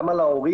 גם על ההורים,